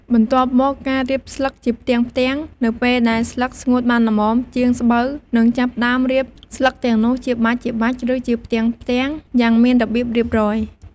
បន្ទាប់ម ការរៀបស្លឹកជាផ្ទាំងៗ នៅពេលដែលស្លឹកស្ងួតបានល្មម ជាងស្បូវនឹងចាប់ផ្ដើម រៀបស្លឹកទាំងនោះជាបាច់ៗ ឬជាផ្ទាំងៗ យ៉ាងមានរបៀបរៀបរយ។